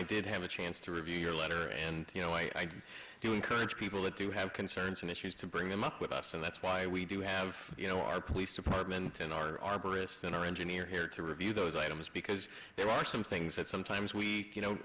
i did have a chance to review your letter and you know i do encourage people to do i have concerns and issues to bring them up with us and that's why we do have you know our police department and our arborist and our engineer here to review those items because there are some things that sometimes we you know